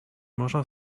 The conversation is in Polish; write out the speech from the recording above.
można